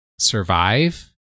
survive